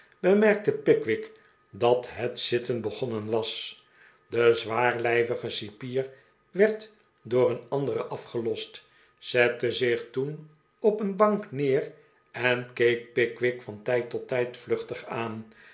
bemerkte pickwick dat het zitten begonnen was de zwaarlijvige cipier werd door een anderen afgelost zette zich toen op een bank neer en keek pickwick van tijd tot tijd vluchtig aan